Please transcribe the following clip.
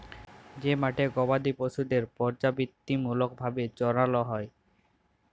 যে মাঠে গবাদি পশুদের পর্যাবৃত্তিমূলক ভাবে চরাল হ্যয়